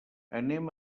anem